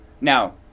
Now